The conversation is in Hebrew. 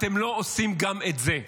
אתם לא עושים גם את זה.